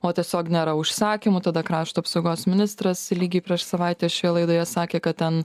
o tiesiog nėra užsakymų tada krašto apsaugos ministras lygiai prieš savaitę šioje laidoje sakė kad ten